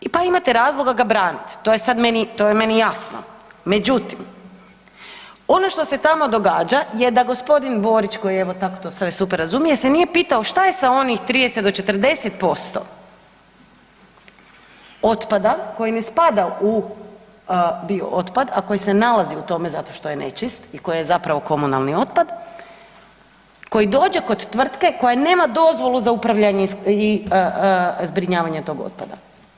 Pa imate razloga ga branit, to je meni jasno, međutim, ono što se tamo događa je da g. Borić koji evo tak sve super razumije se nije pitao šta je sa onim 30 do 40% otpada koji ne spada u bio otpad a koji se nalazi u tome zato što je nečist i koji je zapravo komunalni otpad, koji dođe do tvrtke koja nema dozvolu za upravljanje i zbrinjavanje tog otpada.